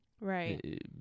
right